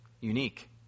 unique